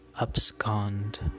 abscond